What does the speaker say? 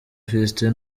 fiston